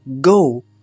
go